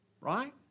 right